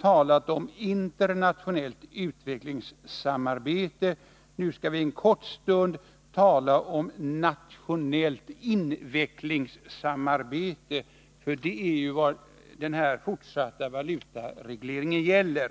talat om internationellt utvecklingsarbete, nu för en kort stund skall tala om nationellt invecklingssamarbete. För det är vad den fortsatta valutaregleringen gäller.